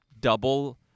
double